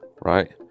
right